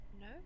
no